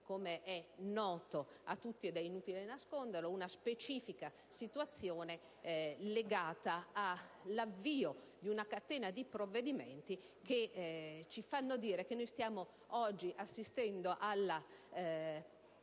come è noto a tutti, ed è inutile nasconderlo - una specifica situazione legata all'avvio di una catena di provvedimenti che ci fa dire che stiamo oggi assistendo alla